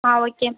ஆ okay